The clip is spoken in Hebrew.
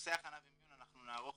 וקורסי הכנה ומיון נערוך